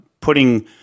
putting –